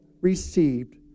received